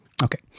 Okay